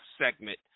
segment